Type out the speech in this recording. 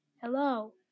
Hello